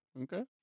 Okay